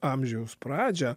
amžiaus pradžią